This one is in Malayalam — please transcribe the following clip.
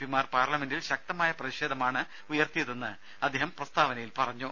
പിമാർ പാർലമെന്റിൽ ശക്തമായ പ്രതിഷേധമാണ് ഉയർത്തിയതെന്ന് അദ്ദേഹം പ്രസ്താവനയിൽ പറഞ്ഞു